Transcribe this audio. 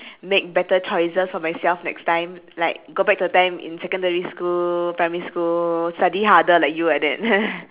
make better choices for myself next time like go back to the time secondary school primary school study harder like you like that